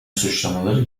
suçlamaları